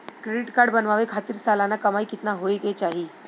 Credit card बनवावे खातिर सालाना कमाई कितना होए के चाही?